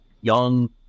young